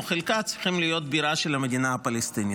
חלקה צריכה להיות בירה של המדינה הפלסטינית.